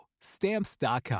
Stamps.com